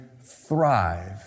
thrive